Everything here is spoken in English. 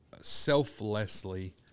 selflessly